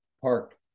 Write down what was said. Park